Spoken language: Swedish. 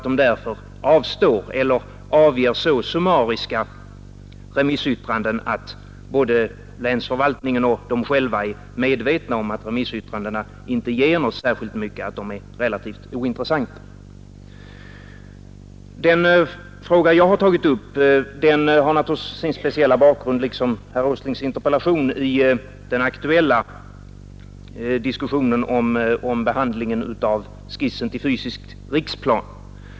Därför avstår de eller avger så summariska remissyttranden att både länsförvaltningen och de själva är medvetna om att yttrandena inte ger särskilt mycket, att de är relativt ointressanta. Den fråga jag har tagit upp har naturligtivis sin speciella bakgrund — liksom herr Åslings interpellation — i den aktuella diskussionen om behandlingen av skissen till fysisk riksplan.